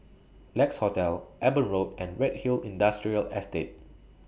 Lex Hotel Eben Road and Redhill Industrial Estate